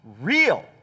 real